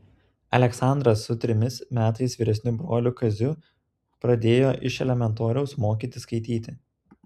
aleksandras su trimis metais vyresniu broliu kaziu pradėjo iš elementoriaus mokytis skaityti